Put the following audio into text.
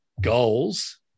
goals